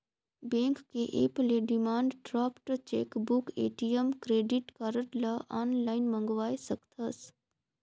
bank के app ले demand draft, chequebook, ATM, credit card ल आनलाइन मंगवाये सकथस